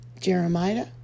Jeremiah